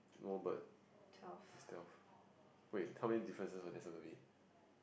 twelve